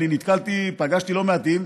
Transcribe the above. ואני פגשתי לא מעטים,